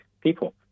people